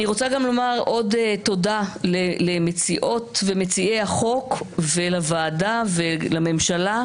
אני רוצה גם לומר עוד תודה למציעות ולמציעי החוק ולוועדה ולממשלה.